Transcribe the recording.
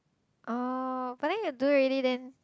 oh but then you do already then